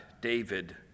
David